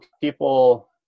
people